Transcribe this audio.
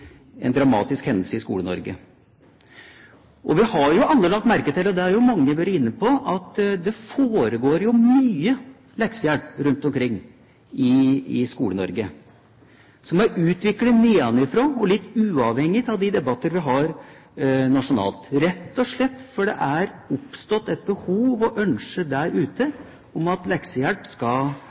hendelse i Skole-Norge. Vi har jo alle lagt merke til – og mange har vært inne på det – at det foregår mye leksehjelp rundt omkring i Skole-Norge som er utviklet nedenfra og litt uavhengig av de debatter vi har nasjonalt, rett og slett fordi det er oppstått et behov for og et ønske der ute om at leksehjelp skal